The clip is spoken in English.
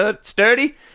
sturdy